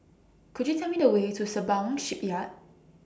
Could YOU Tell Me The Way to Sembawang Shipyard